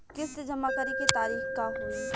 किस्त जमा करे के तारीख का होई?